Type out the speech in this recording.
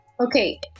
Okay